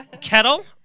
Kettle